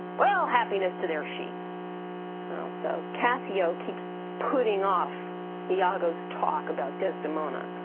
well happiness to their sheets well so cassio keeps putting off iago's talk about desdemona